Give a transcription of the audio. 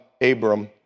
Abram